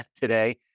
today